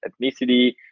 ethnicity